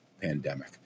pandemic